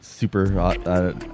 Super